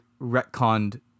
retconned